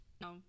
no